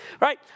right